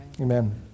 Amen